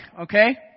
okay